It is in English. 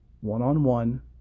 one-on-one